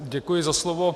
Děkuji za slovo.